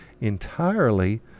entirely